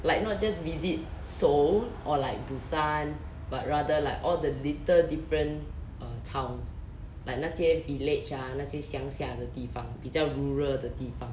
like not just visit seoul or like busan but rather like all the little different uh towns like 那些 village ah 那些乡下的地方比较 rural 的地方